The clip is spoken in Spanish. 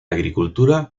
agricultura